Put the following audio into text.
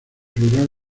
rural